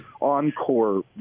encore